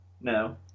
no